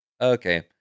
okay